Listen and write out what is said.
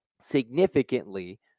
significantly